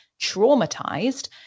traumatized